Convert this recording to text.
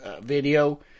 video